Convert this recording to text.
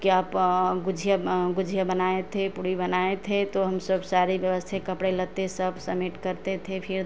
क्या गोझिया गुजिया बनाए थे पूड़ी बनाए थे तो हम सब सारे व्यवस्थे कपड़े लत्ते सब समेट करते थे फिर